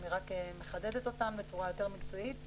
אני רק מחדדת אותן בצורה יותר מקצועית,